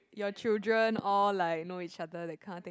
your children all like know each others that kind of thing